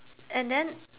and then